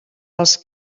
els